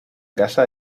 casa